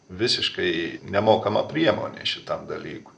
visiškai nemokama priemonė šitam dalykui